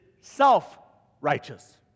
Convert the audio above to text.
self-righteous